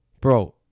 Bro